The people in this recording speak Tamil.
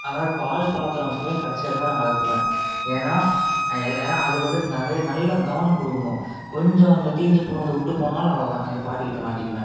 அதுமாதிரி பால் பாத்திரம் எப்போயுமே கடைசியாக தான் நான் விளக்குவேன் ஏனால் நா எல் ஏனால் அதுக்கு வந்துட்டு நிறையா நல்ல கவனம் கொடுக்கணும் கொஞ்சம் அந்த தீஞ்சு போனது விட்டுப் போனாலும் அவ்வளோ தான் எங்கள் பாட்டிக்கிட்ட மாட்டிக்குவேன்